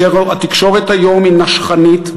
התקשורת היום היא נשכנית,